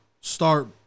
start